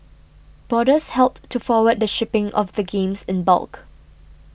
boarders helped to forward the shipping of the games in bulk